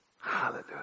Hallelujah